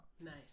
Nice